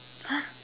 !huh!